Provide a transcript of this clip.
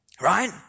Right